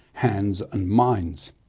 hands and minds.